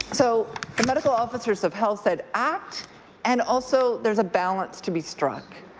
so the medical officers of health said act and also there's a balance to be struck